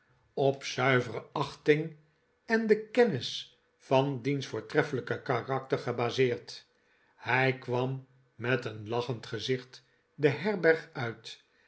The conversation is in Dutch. op zuivere achting en de kennis van diens voortreffelijke karakter gebaseerd hij kwam met een lachend gezicht de herberg uit